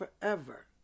forever